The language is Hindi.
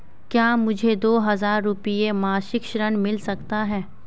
क्या मुझे दो हज़ार रुपये मासिक ऋण मिल सकता है?